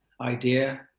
idea